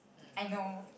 I know